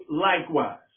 likewise